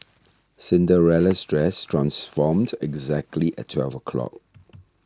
Cinderella's dress transformed exactly at twelve o'clock